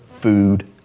food